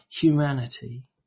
humanity